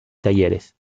talleres